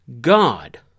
God